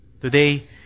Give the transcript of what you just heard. Today